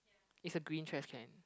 it's a green trashcan